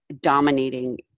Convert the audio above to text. dominating